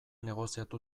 negoziatu